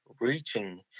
reaching